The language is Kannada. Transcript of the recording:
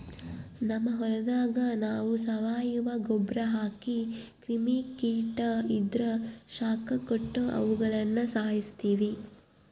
ನಮ್ ಹೊಲದಾಗ ನಾವು ಸಾವಯವ ಗೊಬ್ರ ಹಾಕಿ ಕ್ರಿಮಿ ಕೀಟ ಇದ್ರ ಶಾಖ ಕೊಟ್ಟು ಅವುಗುಳನ ಸಾಯಿಸ್ತೀವಿ